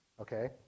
Okay